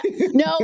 No